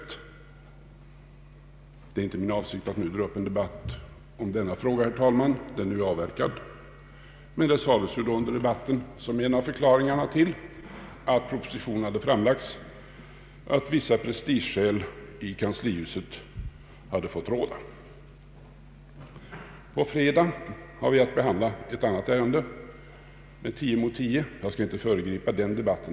Det är emellertid, herr talman, inte min avsikt att nu dra upp en debatt om denna fråga — den är ju avverkad — men det sades under den debatten som en av förklaringarna till att propositionen hade framlagts att vis sa prestigeskäl i kanslihuset hade fått råda. På fredag har vi att behandla ett annat ärende med 10 röster mot 10. Jag skall inte, herr talman, föregripa den debatten.